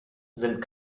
sind